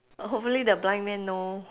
hopefully the blind man know